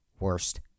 Worst